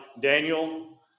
Daniel